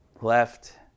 left